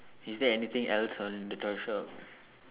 is there anything else on the toy shop